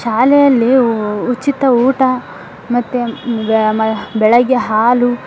ಶಾಲೆಯಲ್ಲಿ ಉಚಿತ ಊಟ ಮತ್ತು ಮ ಬೆಳಗ್ಗೆ ಹಾಲು